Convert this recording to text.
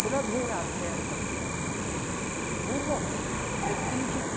सुलभेन अध्ययनं कर्तुं शक्नुमः पूर्वं यत्किञ्चित्